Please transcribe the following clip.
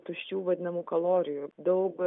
tuščių vadinamų kalorijų daug